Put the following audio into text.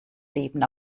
leben